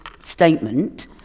statement